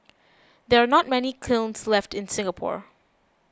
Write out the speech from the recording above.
there are not many kilns left in Singapore